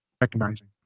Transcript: Recognizing